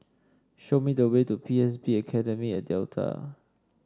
show me the way to P S B Academy at Delta